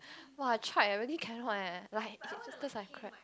!wah! I tried eh really cannot eh like is it cause I'm cracked